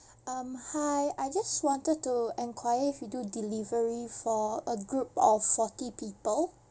um hi I just wanted to enquire if you do delivery for a group of forty people